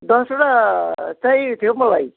दसवटा चाहिएको थियो मलाई